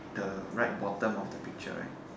the right bottom of the picture right